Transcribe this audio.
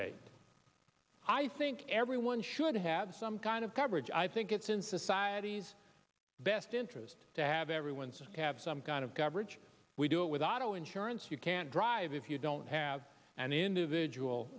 date i think everyone should have some kind of coverage i think it's in society's best interest to have everyone just have some kind of government we do it with auto insurance you can't drive if you don't have an individual